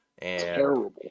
terrible